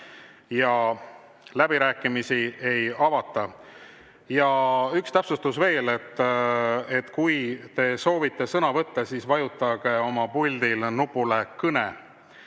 ja läbirääkimisi ei avata. Üks täpsustus veel: kui te soovite sõna võtta, siis vajutage oma puldil nupule "Kõne",